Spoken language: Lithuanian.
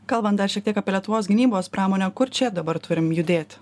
kalbant dar šiek tiek apie lietuvos gynybos pramonę kur čia dabar turim judėt